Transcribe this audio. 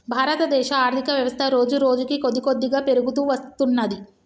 భారతదేశ ఆర్ధికవ్యవస్థ రోజురోజుకీ కొద్దికొద్దిగా పెరుగుతూ వత్తున్నది